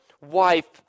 wife